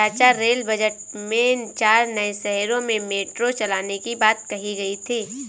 चाचा rail budget में चार नए शहरों में मेट्रो चलाने की बात कही गई थी